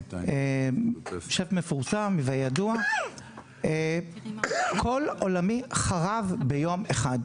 שף מפורסם וידוע, כל עולמי חרב ביום אחד.